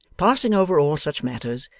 passing over all such matters,